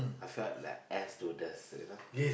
I felt like air stewardess you know